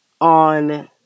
on